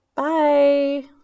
Bye